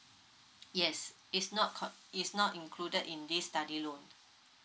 yes it's not cause it's not included in this study loan